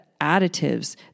additives